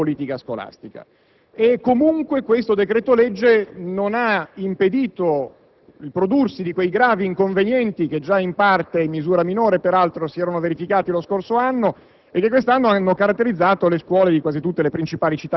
già questa una dimostrazione di una cattiva politica scolastica. Comunque, questo decreto-legge non ha impedito il prodursi di quei gravi inconvenienti che, peraltro, già in misura minore si erano verificati lo scorso anno